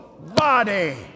body